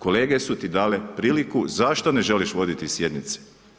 Kolege su ti dale priliku, zašto ne želiš voditi sjednicu?